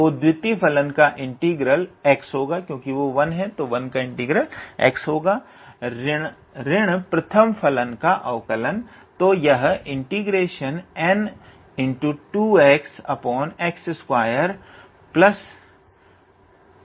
तो द्वितीय फलन का इंटीग्रेशन x होगा ऋण प्रथम फलन का अवकलन